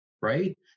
right